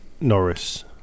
Norris